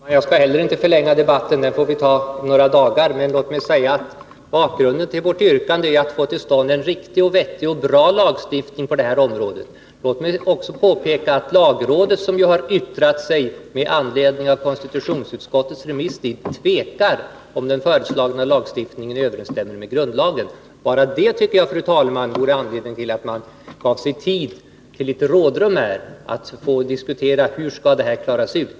Fru talman! Jag skall inte heller förlänga debatten — diskussionen om den här frågan får vi föra om några dagar. Men låt mig säga att bakgrunden till vårt yrkande är att vi vill få till stånd en riktig, vettig och bra lagstiftning på det här området. Jag vill också påpeka att lagrådet, som ju har yttrat sig med anledning av konstitutionsutskottets remiss, är tveksamt till om den föreslagna lagstiftningen överensstämmer med grundlagen. Bara det, fru talman, tycker jag borde vara anledning till att man gav litet rådrum så att vi kunde få diskutera hur detta skall klaras ut.